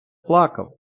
плакав